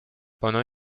pendant